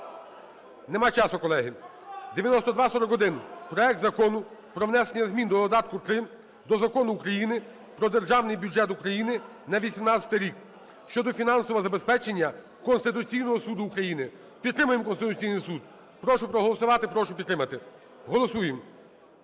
Нема часу, колеги. 9241: проект Закону про внесенні змін до додатку 3 до Закону України "Про Державний бюджет України на 2018 рік" щодо фінансового забезпечення Конституційного Суду України. Підтримаємо Конституційний Суд. Прошу проголосувати, прошу підтримати. Голосуємо.